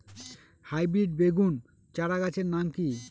Hybrid বেগুন চারাগাছের নাম কি?